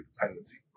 dependency